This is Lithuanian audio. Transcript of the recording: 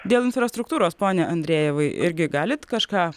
dėl infrastruktūros pone andrejevai irgi galit kažką